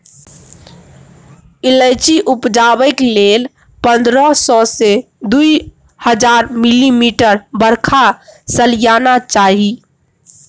इलाइचीं उपजेबाक लेल पंद्रह सय सँ दु हजार मिलीमीटर बरखा सलियाना चाही